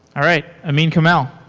all right. amine kamal.